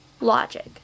logic